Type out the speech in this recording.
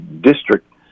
district